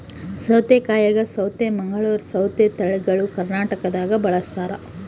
ಸೌತೆಕಾಯಾಗ ಸೌತೆ ಮಂಗಳೂರ್ ಸೌತೆ ತಳಿಗಳು ಕರ್ನಾಟಕದಾಗ ಬಳಸ್ತಾರ